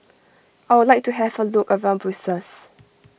I would like to have a look around Brussels